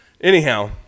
Anyhow